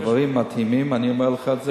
דברים מדהימים, אני אומר לך את זה.